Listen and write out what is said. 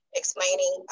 Explaining